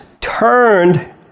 turned